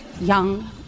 young